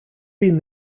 been